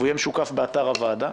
והוא יהיה משוקף באתר הוועדה.